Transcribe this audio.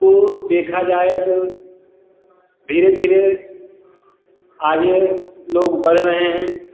को देखा जाए तो धीरे धीरे आगे लोग बढ़ रहे हैं